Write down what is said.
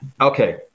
okay